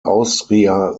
austria